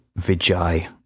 Vijay